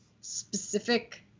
specific